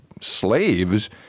slaves